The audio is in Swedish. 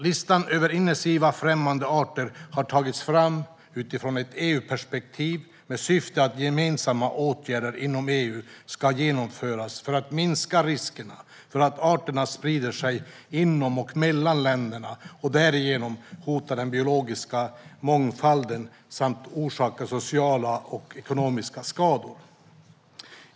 Listan över invasiva främmande arter har tagits fram utifrån ett EU-perspektiv med syftet att gemensamma åtgärder inom EU ska genomföras för att minska riskerna för att arterna sprider sig inom och mellan länderna och därigenom hotar den biologiska mångfalden samt orsakar sociala och ekonomiska skador.